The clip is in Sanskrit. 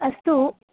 अस्तु